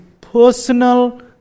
personal